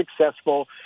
successful